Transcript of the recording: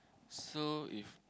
so if